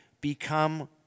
become